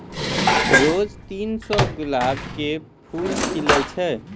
रोज तीन सौ गुलाब के फूल खिलै छै